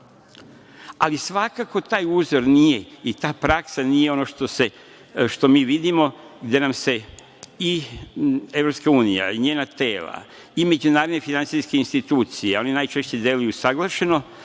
koristi. Svakako, taj uzor nije i ta praksa nije ono što mi vidimo, gde nam se i EU, i njena tela, i međunarodne finansijske institucije, oni najčešće deluju usaglašeno,